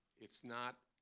it's not